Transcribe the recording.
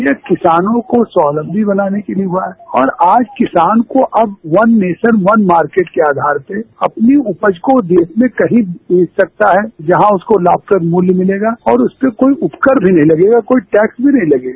यह किसानों का स्वावलम्बी बनाने के लिये हुआ है और आज किसान को अब वन नेशन वन मार्केट के आधार से अपनी उपज को देश में कहीं भी बेच सकता है जहां उसको लाम प्रद मूल्य मिलेगा और उसमें कोई उपकर भी नहीं लगेगा कोई टैक्स भी नहीं लगेगा